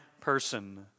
person